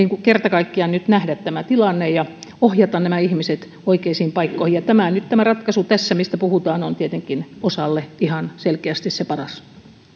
kerta kaikkiaan nyt nähdä tämä tilanne ja ohjata nämä ihmiset oikeisiin paikkoihin ja tämä ratkaisu mistä puhutaan on tietenkin osalle ihan selkeästi se paras